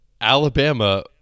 alabama